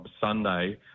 Sunday